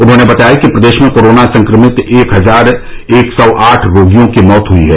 उन्होंने बताया कि प्रदेश में कोरोना संक्रमित एक हजार एक सौ आठ रोगियों की मौत हई है